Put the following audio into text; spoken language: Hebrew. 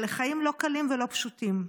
אלה חיים לא קלים ולא פשוטים,